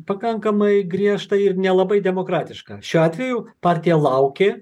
pakankamai griežta ir nelabai demokratiška šiuo atveju partija laukė